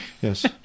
yes